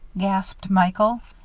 gasped michael,